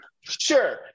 Sure